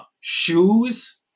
shoes